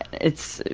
it's,